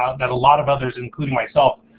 ah that a lot of others, including myself,